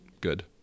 good